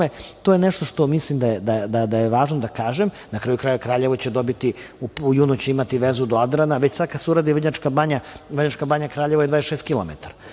to je nešto što mislim da je važno da kažem. Na kraju krajeva, Kraljevo će u junu imati vezu do Adrana. Već sada kada se uradi Vrnjačka Banja, Vrnjačka Banja – Kraljevo je 26